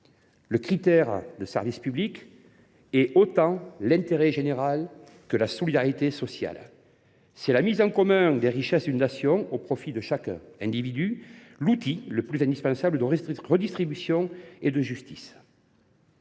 Le critère du service public est autant l’intérêt général que la solidarité sociale. C’est la mise en commun des richesses d’une nation au profit de chaque individu. C’est l’outil le plus efficace de redistribution et de justice.